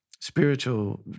spiritual